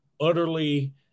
utterly –